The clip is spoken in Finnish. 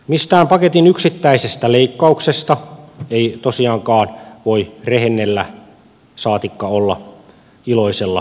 mistään paketin yksittäisestä leikkauksesta ei tosiaankaan voi rehennellä saatikka olla iloisella mielellä